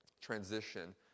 transition